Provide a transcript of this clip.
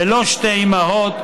ולא לשתי אימהות או שני אבות,